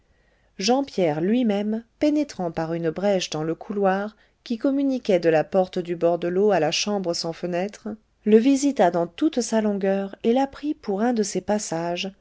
jean pierre lui-même pénétrant par une brèche dans le couloir qui communiquait de la porte du bord de l'eau à la chambre sans fenêtres le visita dans toute sa longueur et la prit pour un de ces passages